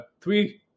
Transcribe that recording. three